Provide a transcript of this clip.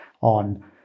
on